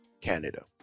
canada